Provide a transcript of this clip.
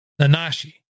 Nanashi